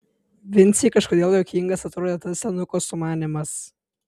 vincei kažkodėl juokingas atrodė tas senuko sumanymas